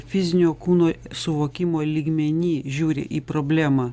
fizinio kūno suvokimo lygmeny žiūri į problemą